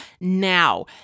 now